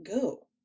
go